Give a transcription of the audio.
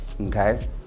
okay